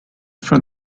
for